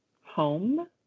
home